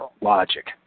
logic